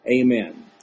Amen